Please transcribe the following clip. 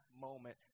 moment